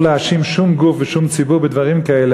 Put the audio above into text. להאשים שום גוף ושום ציבור בדברים כאלה.